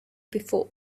before